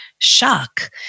shock